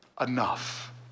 enough